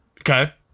Okay